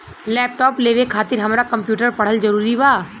Laptop लेवे खातिर हमरा कम्प्युटर पढ़ल जरूरी बा?